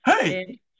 Hey